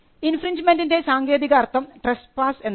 infringement ൻറെ സാങ്കേതിക അർത്ഥം ട്രസ്പാസ് എന്നാണ്